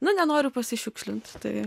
na nenoriu pasišiukšlint tai